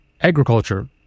agriculture